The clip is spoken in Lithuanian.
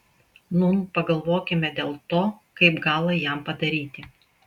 nūn pagalvokime dėl to kaip galą jam padaryti